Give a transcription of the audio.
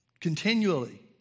continually